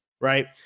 right